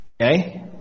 Okay